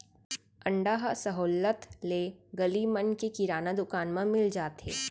अंडा ह सहोल्लत ले गली मन के किराना दुकान म मिल जाथे